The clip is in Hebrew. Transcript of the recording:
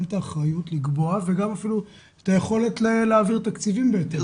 גם את האחריות לקבוע וגם אפילו את היכולת להעביר תקציבים בהתאם.